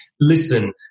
Listen